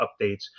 updates